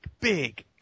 Big